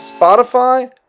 Spotify